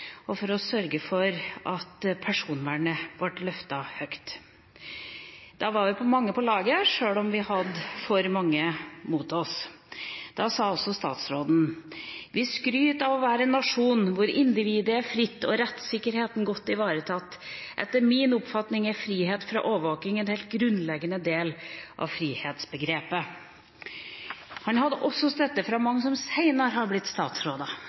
og for å sørge for at personvernet ble løftet høyt. Da var vi mange på laget, sjøl om vi hadde for mange mot oss. Da sa også statsråden: «Vi skryter av å være en nasjon hvor individet er fritt og rettssikkerheten godt ivaretatt. Etter min oppfatning er frihet fra overvåking en helt grunnleggende del av frihetsbegrepet.» Han hadde også støtte fra mange som senere har blitt